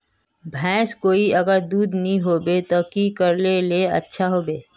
भैंस कोई अगर दूध नि होबे तो की करले ले अच्छा होवे?